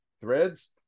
threads